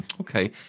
Okay